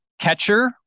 catcher